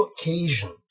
occasion